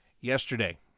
Yesterday